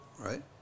Right